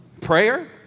Prayer